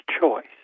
Choice